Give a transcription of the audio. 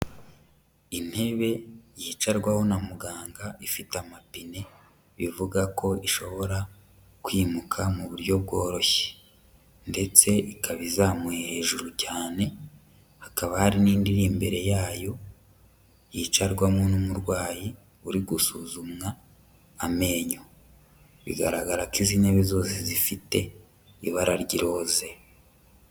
Intebe yicarwaho na muganga ifite amapine bivuga ko ishobora kwimuka mu buryo bworoshye. Ndetse ikaba izamuye hejuru cyane, hakaba hari n'indi iri imbere yayo yicarwamo n'umurwayi uri gusuzumwa amenyo. Bigaragara ko izi ntebe zose zifite ibara ry'iroze.